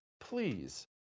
Please